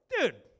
Dude